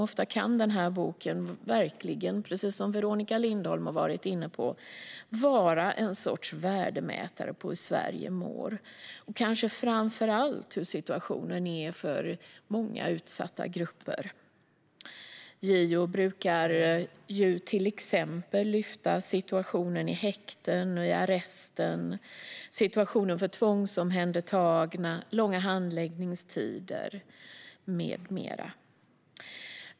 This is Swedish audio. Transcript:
Ofta kan boken verkligen, precis som Veronica Lindholm har varit inne på, vara en sorts värdemätare på hur Sverige mår, framför allt hur situationen är för många utsatta grupper. JO brukar till exempel lyfta fram situationen i häkten, i arresten och för tvångsomhändertagna samt långa handläggningstider med mera.